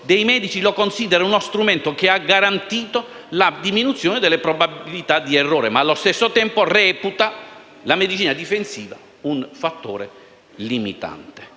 per cento la considera uno strumento che ha garantito la diminuzione delle probabilità di errore, ma allo stesso tempo reputa la medicina difensiva un fattore limitante.